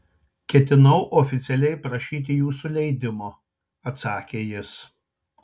ketinau oficialiai prašyti jūsų leidimo atsakė jis